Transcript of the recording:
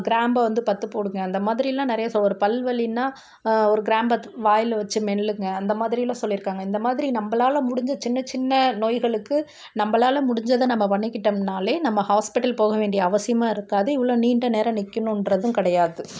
கிராம்பை வந்து பற்று போடுங்கள் அந்த மாதிரியெலாம் நிறைய சொ ஒரு பல் வலின்னால் ஒரு கிராம்பை வாயில் வைச்சு மெல்லுங்க அந்த மாதிரியெலாம் சொல்லி இருக்காங்க இந்த மாதிரி நம்மளால முடிஞ்ச சின்ன சின்ன நோய்களுக்கு நம்மளால முடிஞ்சதை நம்ம பண்ணிக்கிட்டோம்னால் நம்ம ஹாஸ்ப்பிட்டல் போக வேண்டிய அவசியமும் இருக்காது இவ்வளோ நீண்ட நேரம் நிற்கினுன்றதும் கிடையாது